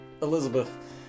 Elizabeth